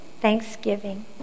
thanksgiving